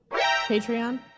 Patreon